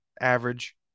average